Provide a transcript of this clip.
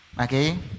Okay